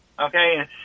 Okay